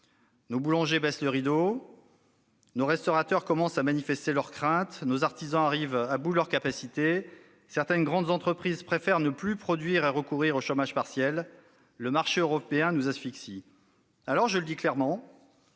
Nos boulangers baissent le rideau, nos restaurateurs commencent à manifester leurs craintes, nos artisans arrivent à bout de leurs capacités, certaines grandes entreprises préfèrent ne plus produire et recourir au chômage partiel. Le marché européen nous asphyxie ! Je le dis clairement,